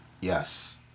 Yes